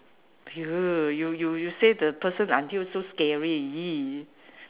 !aiya! you you you say the person until so scary !ee!